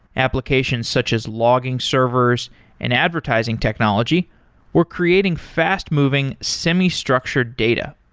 applications such as logging servers and advertising technology were creating fast-moving semi-structured data.